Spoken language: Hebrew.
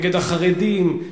נגד החרדים,